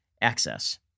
access